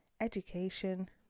education